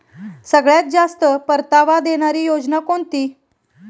सगळ्यात जास्त परतावा देणारी योजना कोणती?